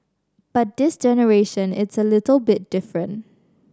but this generation it's a little bit different